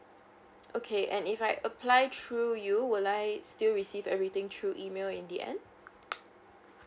okay and if I apply through you would I still receive everything through email in the end